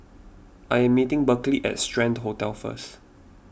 I am meeting Berkley at Strand Hotel first